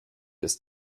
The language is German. ist